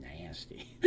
nasty